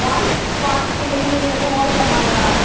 வாண் வாணி ஸ்கூலேருந்து பேசுகிறோங்க மோனிஷ் அம்மாங்களா